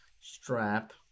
strap